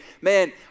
man